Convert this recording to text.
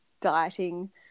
dieting